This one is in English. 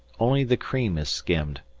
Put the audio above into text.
only the cream is skimmed!